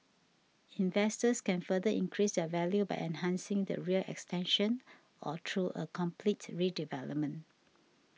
investors can further increase their value by enhancing the rear extension or through a complete redevelopment